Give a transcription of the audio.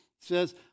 says